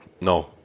No